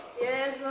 Yes